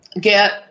get